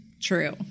True